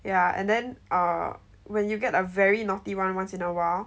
ya and then err when you get a very naughty [one] once in a while